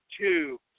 two